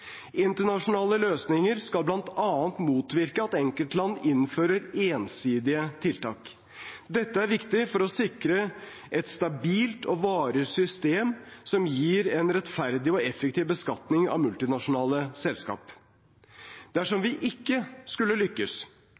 Internasjonale løsninger skal bl.a. motvirke at enkeltland innfører ensidige tiltak. Dette er viktig for å sikre et stabilt og varig system som gir en rettferdig og effektiv beskatning av multinasjonale selskap. Dersom vi ikke skulle lykkes